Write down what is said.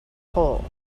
hole